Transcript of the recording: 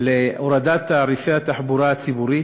להורדת תעריפי התחבורה הציבורית,